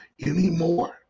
anymore